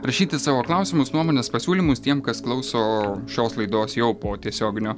rašyti savo klausimus nuomones pasiūlymus tiem kas klauso šios laidos jau po tiesioginio